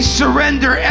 surrender